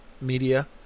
media